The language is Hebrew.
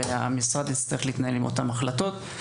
והמשרד יצטרך להתנהל עם אותן החלטות.